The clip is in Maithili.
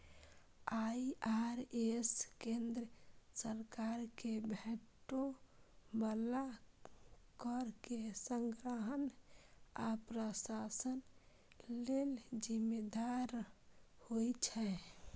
आई.आर.एस केंद्र सरकार कें भेटै बला कर के संग्रहण आ प्रशासन लेल जिम्मेदार होइ छै